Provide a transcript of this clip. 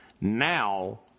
now